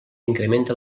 incrementa